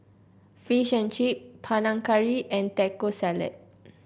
Fish and Chips Panang Curry and Taco Salad